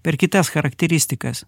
per kitas charakteristikas